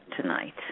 tonight